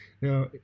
Now